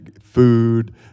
food